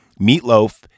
Meatloaf